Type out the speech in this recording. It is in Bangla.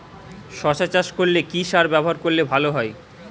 শশা চাষ করলে কি সার ব্যবহার করলে ভালো হয়?